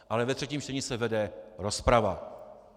Ale ve třetím čtení se vede rozprava.